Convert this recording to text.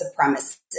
supremacists